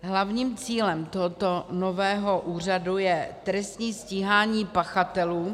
Hlavním cílem tohoto nového úřadu je trestní stíhání pachatelů